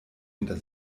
hinter